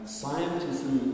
scientism